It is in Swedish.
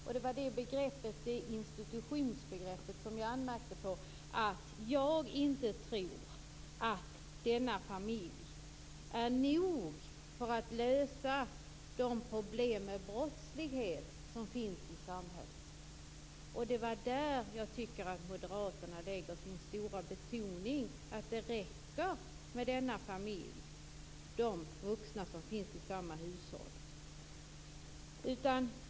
Och det var detta institutionsbegrepp som jag anmärkte på. Jag tror inte att denna familj är nog för att lösa de problem med brottslighet som finns i samhället. Det var i detta sammanhang som jag tycker att Moderaterna betonar att det räcker med denna familj, de vuxna som finns i samma hushåll.